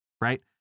right